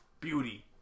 beauty